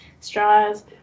Straws